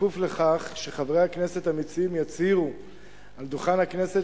בכפוף לכך שחברי הכנסת המציעים יצהירו על דוכן הכנסת